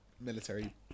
military